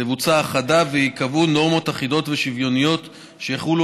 תבוצע האחדה וייקבעו נורמות אחידות ושוויוניות שיחולו